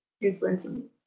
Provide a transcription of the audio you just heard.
influencing